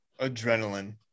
adrenaline